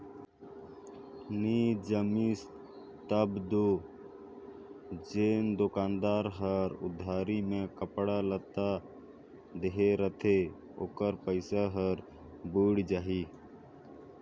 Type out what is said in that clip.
नी जमिस तब दो जेन दोकानदार हर उधारी में कपड़ा लत्ता देहे रहथे ओकर पइसा हर बुइड़ जाही